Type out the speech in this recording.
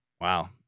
Wow